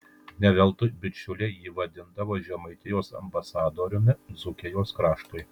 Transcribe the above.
ne veltui bičiuliai jį vadindavo žemaitijos ambasadoriumi dzūkijos kraštui